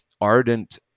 ardent